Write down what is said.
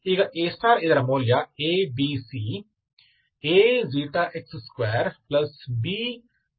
ಈಗ A ಇದರ ಮೌಲ್ಯ A B C